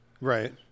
Right